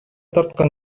тарткан